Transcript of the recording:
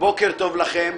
בוקר טוב לכם.